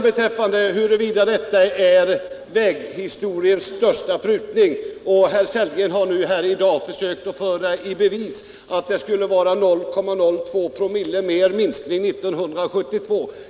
Beträffande huruvida detta är världshistoriens största prutning eller inte har herr Sellgren i dag försökt föra i bevis att det skulle vara en 0,02 promille större minskning år 1972.